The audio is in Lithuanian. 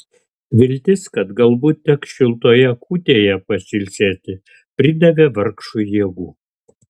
viltis kad galbūt teks šiltoje kūtėje pasilsėti pridavė vargšui jėgų